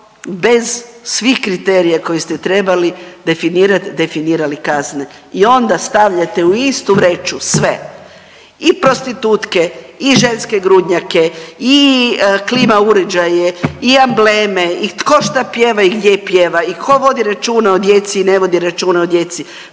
bez svih kriterija koje ste trebali definirati definirali kazne. I onda stavljate u istu vreću sve i prostitutke i ženske grudnjake i klima uređaje i ambleme i tko šta pjeva i gdje pjeva i tko vodi računa o djeci, ne vodi računa o djeci